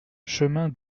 chemin